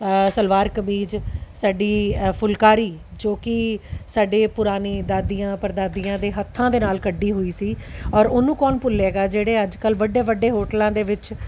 ਸਲਵਾਰ ਕਮੀਜ ਸਾਡੀ ਫੁਲਕਾਰੀ ਜੋ ਕਿ ਸਾਡੇ ਪੁਰਾਣੇ ਦਾਦੀਆਂ ਪੜਦਾਦੀਆਂ ਦੇ ਹੱਥਾਂ ਦੇ ਨਾਲ ਕੱਢੀ ਹੋਈ ਸੀ ਔਰ ਉਹਨੂੰ ਕੌਣ ਭੁੱਲੇਗਾ ਜਿਹੜੇ ਅੱਜ ਕੱਲ੍ਹ ਵੱਡੇ ਵੱਡੇ ਹੋਟਲਾਂ ਦੇ ਵਿੱਚ